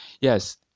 Yes